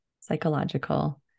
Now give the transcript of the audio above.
psychological